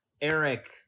Eric